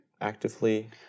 actively